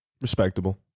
respectable